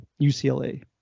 UCLA